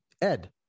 Ed